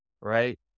right